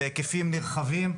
בהיקפים נרחבים,